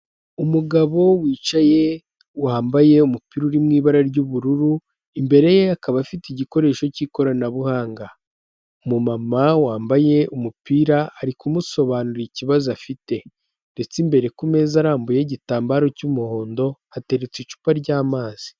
Umugabo wicaye wambaye umupira uri mwi ibara ry'ubururu imbere ye akaba afite igikoresho cy'ikoranabuhanga, Umuma mawambaye umupira ari kumusobanurira ikibazo afite ndetse imbere ku meza arambuye y'igitambaro cy'umuhondo hateretse icupa ryamazi.